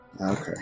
Okay